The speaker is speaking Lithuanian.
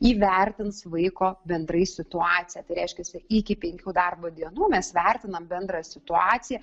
įvertins vaiko bendrai situaciją tai reiškiasi iki penkių darbo dienų mes vertinam bendrą situaciją